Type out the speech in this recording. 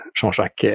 Jean-Jacques